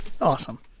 Awesome